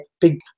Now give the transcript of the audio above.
big